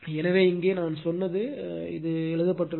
எனவே இங்கே நான் சொன்னது எல்லாம் எழுதப்பட்டுள்ளது